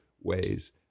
ways